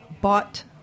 bought